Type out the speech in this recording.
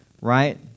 right